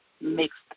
mixed